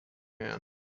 man